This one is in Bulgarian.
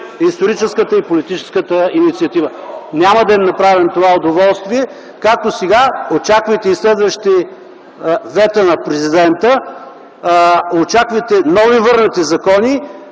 историческата и политическата инициатива. (Шум и реплики отляво.) Няма да им направим това удоволствие, както сега, очаквайте и следващото вето на президента, очаквайте нови върнати закони